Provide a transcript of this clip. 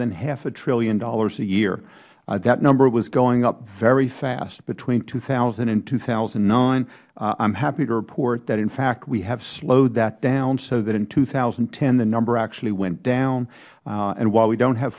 than half a trillion dollars a year that number was going up very fast between two thousand and two thousand and nine i am happy to report that in fact we have slowed that down so that in two thousand and ten the number actually went down and while we dont have